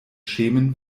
schämen